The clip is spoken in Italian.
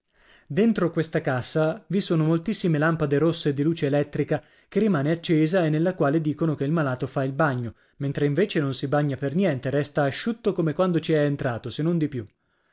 dentro questa cassa vi sono moltissime lampade rosse di luce elettrica che rimane accesa e nella quale dicono che il malato fa il bagno mentre invece non si bagna per niente e resta asciutto come quando ci è entrato se non di più